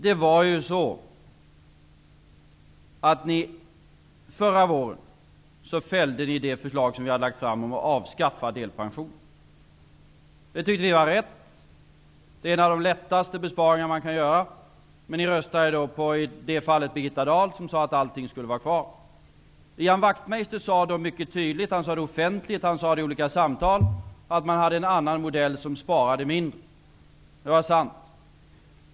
Det var så, att Nydemokraterna förra våren fällde det förslag vi lagt fram om att avskaffa delpensionen. Det tyckte ni var rätt. Det är en av de lättaste besparingar man kan göra, men ni röstade i det fallet på Birgitta Ian Wachtmeister sade då mycket tydligt, offentligt och i olika samtal, att Ny demokrati hade en annan modell som sparade mindre. Det var sant.